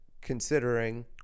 considering